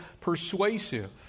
persuasive